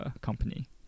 company